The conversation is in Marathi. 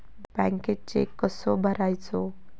बँकेत चेक कसो भरायचो?